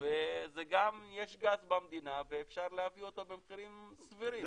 וגם יש גז במדינה ואפשר להביא אותו במחירים סבירים.